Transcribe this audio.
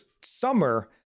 summer